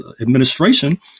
administration